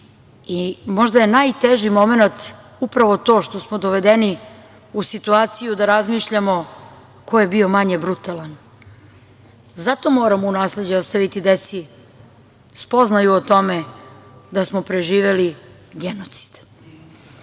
i možda je najteži momenat upravo to što smo dovedeni u situaciju da razmišljamo ko je bio manje brutalan. Zato moramo u nasleđe ostaviti deci spoznaju o tome da smo preživeli genocid. Sedište